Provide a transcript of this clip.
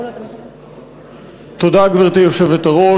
גברתי היושבת-ראש,